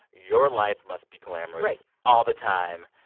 your life must be glamorous all the time.